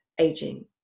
aging